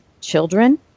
children